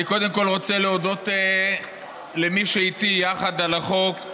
אני קודם כול אני רוצה להודות למי שהוביל איתי יחד על החוק,